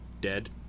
dead